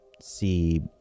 see